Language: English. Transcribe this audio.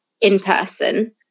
in-person